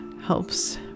helps